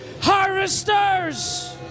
Harvesters